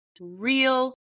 real